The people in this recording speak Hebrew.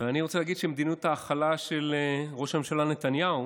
אני רוצה להגיד שמדיניות הכלה של ראש הממשלה נתניהו